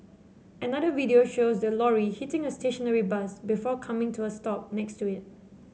another video shows the lorry hitting a stationary bus before coming to a stop next to it